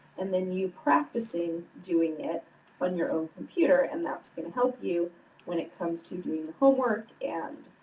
and then you practicing doing it on your own computer and that's going to help you when it comes to doing the homework and